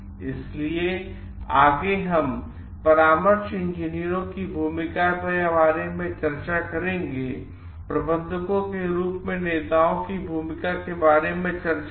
इसलिए आगे हम परामर्श इंजीनियरों की भूमिका के बारे में चर्चा करेंगे प्रबंधकों के रूप में नेताओं की भूमिका के बारे में चर्चा की